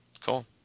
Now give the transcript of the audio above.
Cool